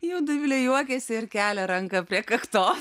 jau dovilė juokiasi ir kelia ranką prie kaktos